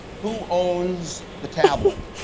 who owns the tablet?